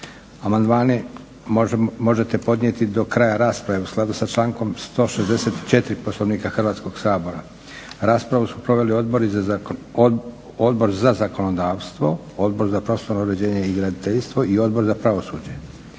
Amandmane možete podnijeti do kraja rasprave u skladu sa člankom 164. Poslovnika Hrvatskog sabora. Raspravu su proveli Odbor za zakonodavstvo, Odbor za prostorno uređenje i graditeljstvo i Odbor za pravosuđe.